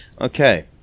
Okay